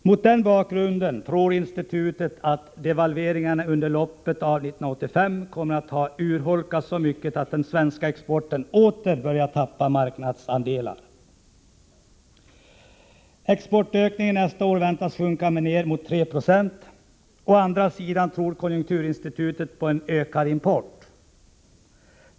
Mot den bakgrunden tror institutet att devalveringarna under loppet av 1985 kommer att ha urholkats så mycket att den svenska exporten åter börjat tappa marknadsandelar. Exportökningen nästa år väntas sjunka ner mot 3 96. Å andra sidan tror konjunkturinstitutet på en ökad import.